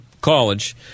college